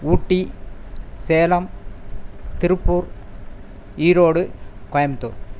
Ooty Salem Tiruppur Erode Coimbatore